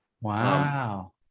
Wow